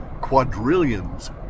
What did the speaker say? quadrillions